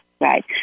right